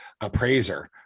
appraiser